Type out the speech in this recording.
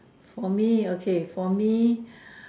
for me okay for me